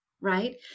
right